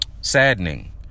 saddening